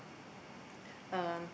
um